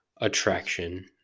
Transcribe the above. attraction